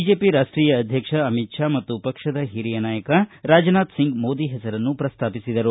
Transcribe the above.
BJP ರಾಷ್ಷೀಯ ಅಧ್ಯಕ್ಷ ಅಮಿತ್ ಷಾ ಮತ್ತು ಪಕ್ಷದ ಹಿರಿಯ ನಾಯಕ ರಾಜನಾಥ್ ಸಿಂಗ್ ಮೋದಿ ಹೆಸರನ್ನು ಪ್ರಸ್ತಾಪಿಸಿದರು